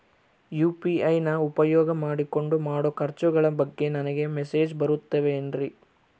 UPI ನ ಉಪಯೋಗ ಮಾಡಿಕೊಂಡು ಮಾಡೋ ಖರ್ಚುಗಳ ಬಗ್ಗೆ ನನಗೆ ಮೆಸೇಜ್ ಬರುತ್ತಾವೇನ್ರಿ?